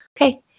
Okay